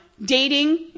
Dating